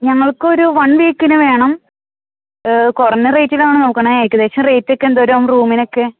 ഞങ്ങൾക്കൊരു വൺ വീക്കിന് വേണം കുറഞ്ഞ റേറ്റിലാണ് നോക്കണത് ഏകദേശം റേറ്റക്കെ എന്തോരാവും റൂമിനക്കെ